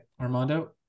Armando